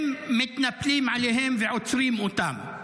הם מתנפלים עליהם ועוצרים אותם.